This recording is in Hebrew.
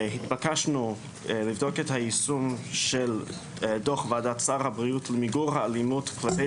התבקשנו לבדוק את היישום של דוח ועדת שר הבריאות למיגור האלימות כלפי